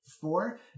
Four